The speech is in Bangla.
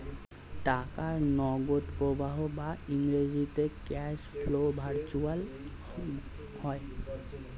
টাকার নগদ প্রবাহ বা ইংরেজিতে ক্যাশ ফ্লো ভার্চুয়ালি হয়